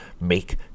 make